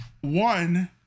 one